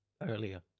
earlier